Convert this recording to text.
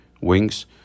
wings